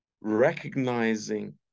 recognizing